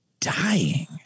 dying